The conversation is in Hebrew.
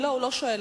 לא, הוא לא שואל.